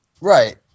Right